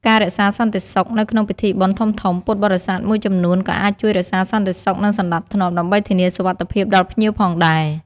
ការផ្ដល់សេវាបឋម ប្រសិនបើមានភ្ញៀវមានបញ្ហាសុខភាពបន្តិចបន្តួច ពួកគាត់អាចផ្ដល់សេវាបឋម ឬជួយសម្របសម្រួលទៅកាន់មន្ទីរពេទ្យបើសិនចាំបាច់។